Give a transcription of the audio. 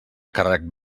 càrrec